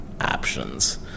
options